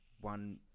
one